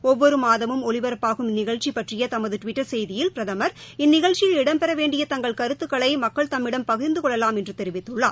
ஒவ்வொரு மாதமும் ஒலிபரப்பாகும் இந்நிகழ்ச்சி பற்றிய தமது டுவிட்டர் செய்தியில் பிரதமர் இந்நிகழ்ச்சியில் இடம்பெற வேண்டிய தங்களது கருத்துகளை மக்கள் தம்மிடம் பகிர்ந்து கொள்ளலாம் என்று தெரிவித்துள்ளார்